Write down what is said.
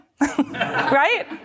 Right